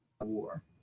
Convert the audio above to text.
war